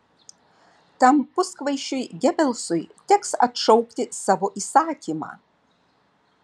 tam puskvaišiui gebelsui teks atšaukti savo įsakymą